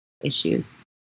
issues